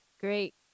great